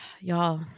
Y'all